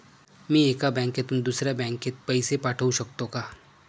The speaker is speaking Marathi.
मी एका बँकेतून दुसऱ्या बँकेत पैसे पाठवू शकतो का?